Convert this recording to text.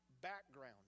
background